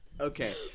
Okay